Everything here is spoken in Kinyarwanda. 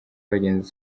abagenzi